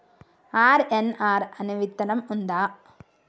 RNR అనే విత్తనం ఉందా?